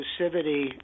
exclusivity